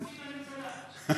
חצי מהממשלה.